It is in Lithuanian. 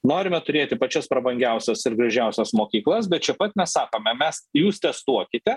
norime turėti pačias prabangiausias ir gražiausias mokyklas bet čia pat mes sakome mes jūs testuokite